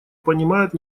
понимают